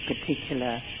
particular